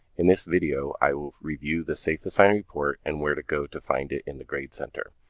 in this video, i will review the safeassign report and where to go to find it in the grade center.